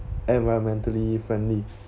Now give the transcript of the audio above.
environmentally friendly